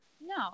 no